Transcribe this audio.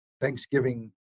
Thanksgiving